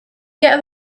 get